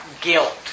Guilt